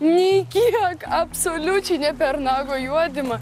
nei kiek absoliučiai nė per nago juodymą